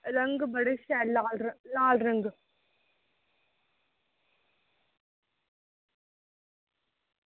रंग बड़े शैल लाल रंग